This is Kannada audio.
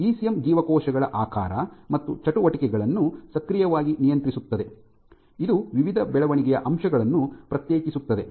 ಇಸಿಎಂ ಜೀವಕೋಶಗಳ ಆಕಾರ ಮತ್ತು ಚಟುವಟಿಕೆಗಳನ್ನು ಸಕ್ರಿಯವಾಗಿ ನಿಯಂತ್ರಿಸುತ್ತದೆ ಇದು ವಿವಿಧ ಬೆಳವಣಿಗೆಯ ಅಂಶಗಳನ್ನು ಪ್ರತ್ಯೇಕಿಸುತ್ತದೆ